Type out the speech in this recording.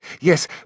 Yes